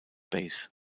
base